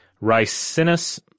Ricinus